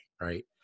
right